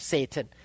Satan